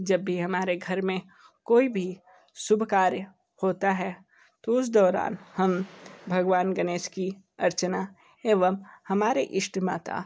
जब भी हमारे घर में कोई भी शुभ कार्य होता है तो उस दौरान हम भगवान गणेश की अर्चना एवं हमारे इष्ट माता